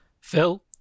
Phil